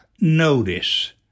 Notice